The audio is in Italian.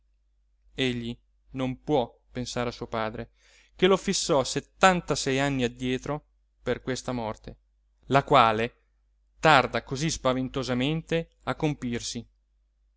egli non può pensare a suo padre che lo fissò settantasei anni addietro per questa morte la quale tarda così spaventosamente a compirsi